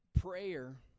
prayer